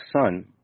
son